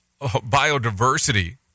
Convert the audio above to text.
biodiversity